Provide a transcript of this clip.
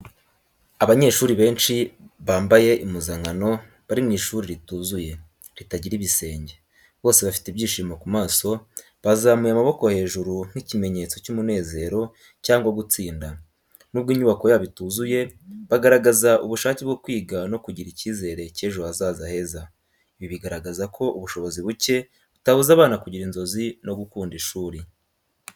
Abanyeshuri benshi bambaye impuzankano bari mu ishuri rituzuye, ritagira ibisenge. Bose bafite ibyishimo ku maso, bazamuye amaboko hejuru nk’ikimenyetso cy’umunezero cyangwa gutsinda. Nubwo inyubako yabo ituzuye, bagaragaza ubushake bwo kwiga no kugira icyizere cy’ejo hazaza heza. Ibi bigaragaza ko ubushobozi buke butabuza abana kugira inzozi no gukunda ishuri.